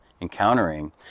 encountering